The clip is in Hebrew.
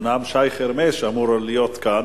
אומנם שי חרמש אמור להיות כאן,